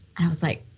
i was like,